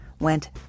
went